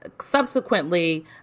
subsequently